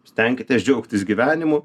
stenkitės džiaugtis gyvenimu